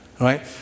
Right